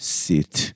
sit